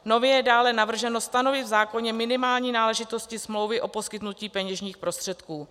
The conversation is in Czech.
Nově je dále navrženo stanovit v zákoně minimální náležitosti smlouvy o poskytnutí peněžních prostředků.